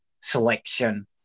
selection